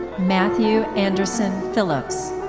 matthew anderson phillips.